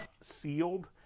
sealed